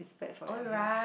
it's bad for your hair